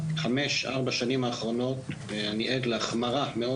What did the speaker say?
בארבע-חמש השנים האחרונות אני עד להחמרה מאוד